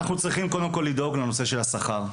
אנחנו צריכים קודם כל לדאוג לנושא של השכר,